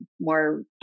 more